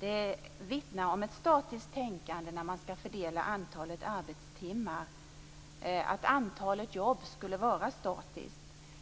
Det vittnar om ett statiskt tänkande när man skall fördela antalet arbetstimmar som om antalet jobb skulle vara statiskt.